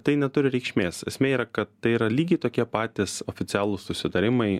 tai neturi reikšmės esmė yra kad tai yra lygiai tokie patys oficialūs susitarimai